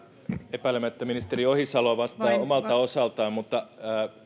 epäilemättä ministeri ohisalo vastaa omalta osaltaan mutta